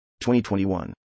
2021